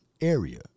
area